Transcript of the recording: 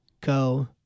go